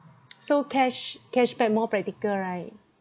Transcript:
so cash~ cashback more practical right